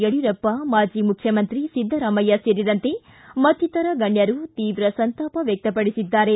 ಯಡ್ಕೂರಪ್ಪ ಮಾಜಿ ಮುಖ್ಯಮಂತ್ರಿ ಸಿದ್ದರಾಮಯ್ಯ ಸೇರಿದಂತೆ ಮತ್ತಿತ್ತರ ಗಣ್ಯರು ತೀವ್ರ ಸಂತಾಪ ವ್ಯಕ್ತಪಡಿಸಿದ್ದಾರೆ